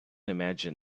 imagine